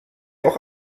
auch